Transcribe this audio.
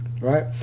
right